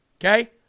okay